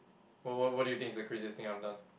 what what what do you think is the craziest thing I've done